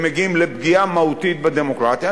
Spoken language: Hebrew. והם מגיעים לפגיעה מהותית בדמוקרטיה,